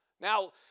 Now